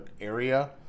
area